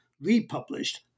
republished